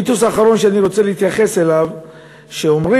והמיתוס האחרון שאני רוצה להתייחס אליו הוא שאומרים: